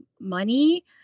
money